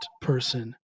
person